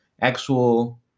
actual